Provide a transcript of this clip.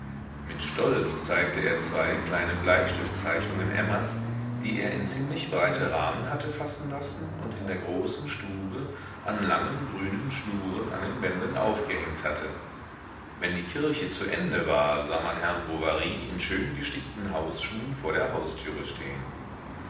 mit stolz zeigte er zwei kleine bleistiftzeichnungen emmas die er in ziemlich breite rahmen hatte fassen lassen und in der großen stube an langen grünen schnuren an den wänden aufgehängt hatte wenn die kirche zu ende war sah man herrn bovary in schöngestickten hausschuhen vor der haustüre stehen